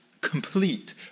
complete